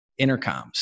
intercoms